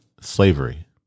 slavery